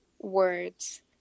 words